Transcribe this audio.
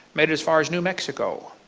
made it as far as new mexico,